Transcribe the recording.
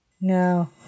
No